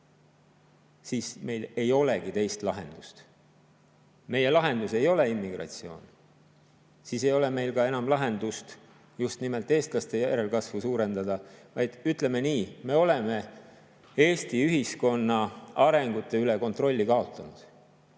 siis meil ei olegi teist lahendust. Meie lahendus ei ole immigratsioon. Siis ei ole meil ka enam lahendust, et just nimelt eestlaste järelkasvu suurendada, vaid ütleme nii, et me oleme Eesti ühiskonna arengu üle kontrolli kaotanud.